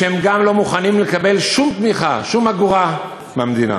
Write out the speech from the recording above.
שגם לא מוכנים לקבל שום תמיכה, שום אגורה מהמדינה.